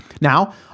Now